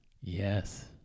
Yes